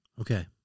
Okay